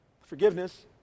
forgiveness